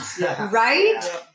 Right